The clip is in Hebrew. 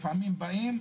לפעמים באים,